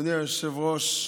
אדוני היושב-ראש,